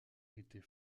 était